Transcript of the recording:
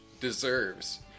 deserves